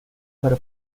para